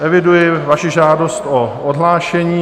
Eviduji vaši žádost o odhlášení.